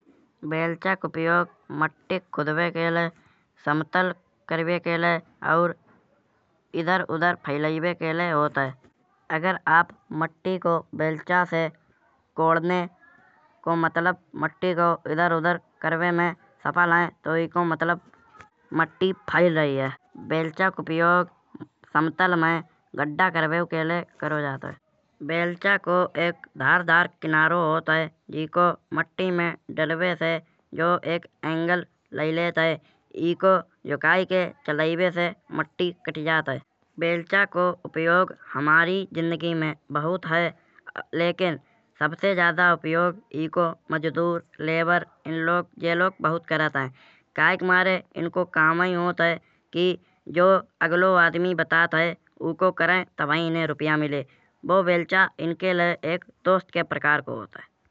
बेलचा को उपयोग मट्टी का खुदाई के लाए समतल करिबे के लाए और इधर उधर फैलाइबे के लाए होत है। अगर आप मट्टी को बेलचा से कोदने को मतलब मट्टी को इधर उधर करने सफल है। तउ ईको मतलब मट्टी फैल रही हओ। बेलचा को उपयोग समतल में गड्ढा करिबेओ के लाए कइयो जात है। बेलचा को एक धारदार किनारो होत है। जेको माटी में डालिबे से जो एक एंगल लैई लेत है। ईको झुकाइ के चलाइबे से मट्टी कटी जात है। बेलचा को प्रयोग हमारी जिंदगी में बहुत है। लेकिन सबसे जादा उपयोग ईको मजदूर लेबर इन लोग ये लोग बहुत करात है। काहे के मारे इनको कामाही होत है। कि जो अगलो आदमी बतात है। ऊको कराये तबाही इन्हे रुपया मिलाये।